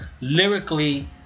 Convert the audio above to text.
lyrically